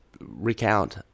recount